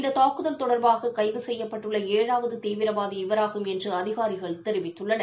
இந்த தாக்குதல் தொடர்பாக கைது செய்ளப்பட்டுள்ள ஏழாவது தீவிரவாதி இவராகும் என்று அதிகாரிகள் தெரிவித்துள்ளனர்